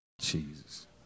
Jesus